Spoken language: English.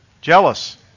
Jealous